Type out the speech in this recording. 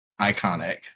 Iconic